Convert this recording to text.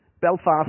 Belfast